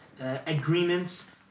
agreements